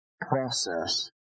process